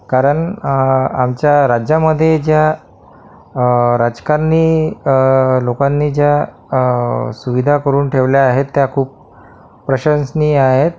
कारण आमच्या राज्यामध्ये ज्या राजकारणी अ लोकांनी ज्या सुविधा करून ठेवल्या आहेत त्या खूप प्रशंसनीय आहेत